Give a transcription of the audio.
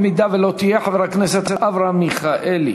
אם לא תהיה, חבר הכנסת אברהם מיכאלי.